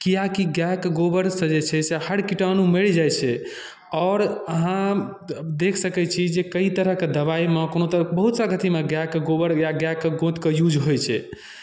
किआकि गाएके गोबरसँ जे छै से हर कीटाणु मरि जाइ छै आओर अहाँ देखि सकै छी जे कइ तरहके दवाइमे कोनो तऽ बहुत सारा अथिमे गाएके गोबर या गाएके गोँतके यूज होइ छै